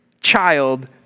child